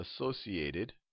associated